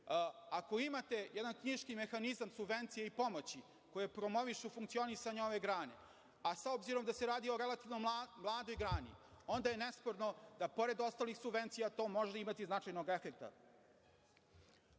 Ako imate jedan knjiški mehanizam subvencija i pomoći koje promovišu funkcionisanje ove grane, a s obzirom da se radi o relativno mladoj grani, onda je nesporno da pored ostalih subvencija to može imati značajnog efekta. Možemo